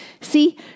See